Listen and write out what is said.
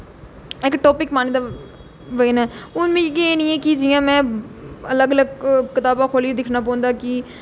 इक टापिक पाने दा बजह कन्नै हून मिगी एह् नेईं ऐ कि जियां में अलग अलग कताबां खोलियै दिक्खना पौंदा कि